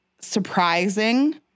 surprising